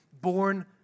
born